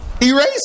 erase